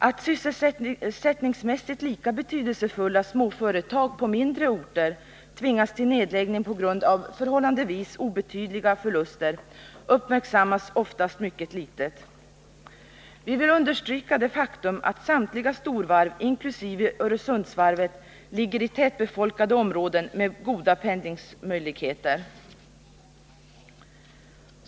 Att sysselsättningsmässigt lika betydelsefulla småföretag på mindre orter tvingas till nedläggning på grund av förhållandevis obetydliga förluster uppmärksammas oftast mycket litet. Vi vill understryka det faktum att samtliga storvarv inkl. Öresundsvarvet ligger i tätbefolkade områden med goda pendlingsmöjligheter.